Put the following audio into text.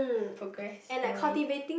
progress in a way